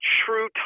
true